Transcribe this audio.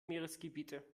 meeresgebiete